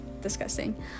disgusting